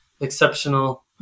exceptional